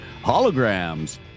Holograms